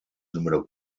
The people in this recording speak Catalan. número